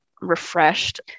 refreshed